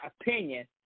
opinion